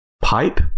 pipe